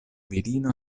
virino